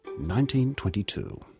1922